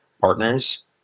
partners